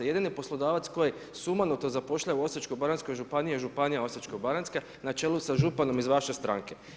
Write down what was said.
Jedini poslodavac koji sumanuto zapošljava u Osječkoj baranjskoj županiji, je županija Osječko baranjska na čelu sa županom iz vaše stanke.